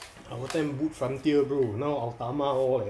our time boot frontier bro now our tama all like